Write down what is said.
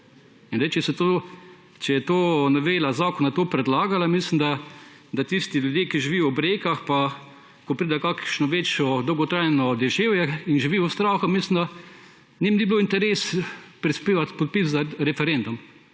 Če je novela zakona to predlagala, mislim, da tisti ljudje, ki živijo ob rekah pa ko pride kakšno večje dolgotrajno deževje in živi v strahu – mislim, da njim ni bil interes prispevati podpisa za referendum.